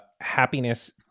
happiness